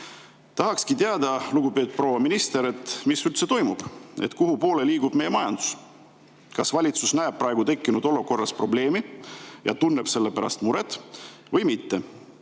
Tahakski teada, lugupeetud proua minister, mis üldse toimub. Kuhu poole liigub meie majandus? Kas valitsus näeb praegu tekkinud olukorras probleemi ja tunneb selle pärast muret või mitte?